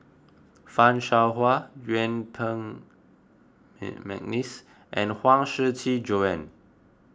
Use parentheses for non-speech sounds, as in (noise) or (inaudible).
Fan Shao Hua Yuen Peng (hesitation) McNeice and Huang Shiqi Joan